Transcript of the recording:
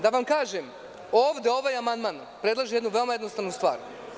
Da vam kažem, ovde ovaj amandman predlaže jednu jednostavnu stvar.